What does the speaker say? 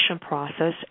process